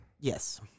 Yes